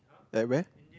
at where